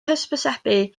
hysbysebu